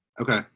Okay